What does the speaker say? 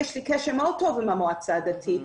יש לי קשר מאוד טוב עם המועצה הדתית.